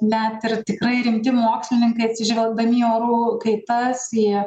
net ir tikrai rimti mokslininkai atsižvelgdami į orų kaitas į